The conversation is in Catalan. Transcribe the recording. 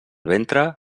ventre